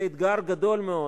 זה אתגר גדול מאוד